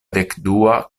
dekdua